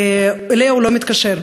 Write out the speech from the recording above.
אליה הוא לא מתקשר,